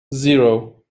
zero